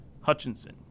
Hutchinson